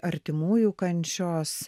artimųjų kančios